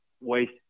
waste